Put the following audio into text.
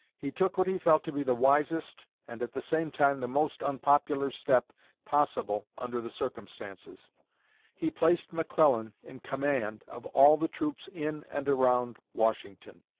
he took what he felt to be the wisest and at the same time the most unpopular step possible under the circumstances he placed mcclellan in command of all the troops in and around washington.